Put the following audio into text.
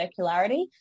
circularity